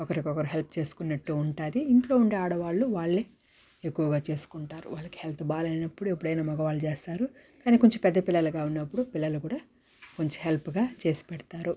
ఒకరికొకరు హెల్ప్ చేసుకున్నట్టు ఉంటాది ఇంట్లో ఉండే ఆడవాళ్లు వాళ్లే ఎక్కువగా చేసుకుంటారు వాళ్ళకి హెల్త్ బాలేనప్పుడు ఎప్పుడైనా మగవాళ్ళు చేస్తారు కాని కొంచెం పెద్ద పిలల్లుగా ఉన్నప్పుడు పిల్లలు కూడా కొంచెం హెల్ప్గా చేసి పెడతారు